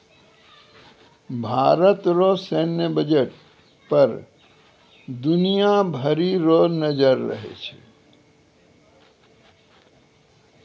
भारत रो सैन्य बजट पर दुनिया भरी रो नजर रहै छै